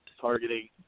targeting